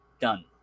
done